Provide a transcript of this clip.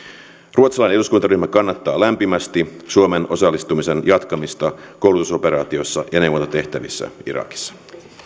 ruotsalainen eduskuntaryhmä kannattaa lämpimästi suomen osallistumisen jatkamista koulutusoperaatiossa ja neuvontatehtävissä irakissa